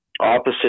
opposite